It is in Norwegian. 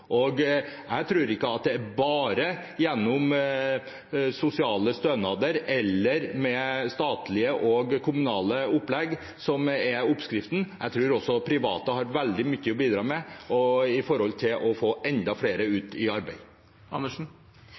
utenfor. Jeg tror ikke at det bare er sosiale stønader eller statlige og kommunale opplegg som er oppskriften. Jeg tror også private har veldig mye å bidra med for å få enda flere ut i arbeid.